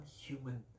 human